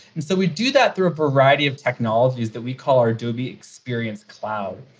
and so we do that through a variety of technologies that we call our adobe experience cloud.